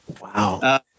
wow